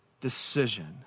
decision